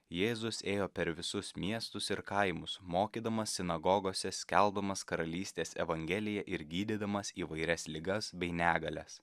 jėzus ėjo per visus miestus ir kaimus mokydamas sinagogose skelbdamas karalystės evangeliją ir gydydamas įvairias ligas bei negalias